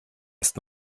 ist